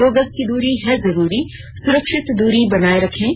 दो गज की दूरी है जरूरी सुरक्षित दूरी बनाए रखें